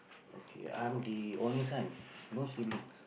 okay I'm the only son no siblings